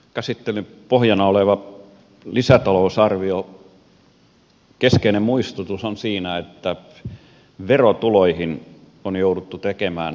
käsittelyn pohjana olevan lisätalousarvion keskeinen muistutus on siinä että verotuloihin on jouduttu tekemään tarkennuksia